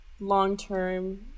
long-term